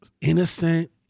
innocent